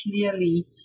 clearly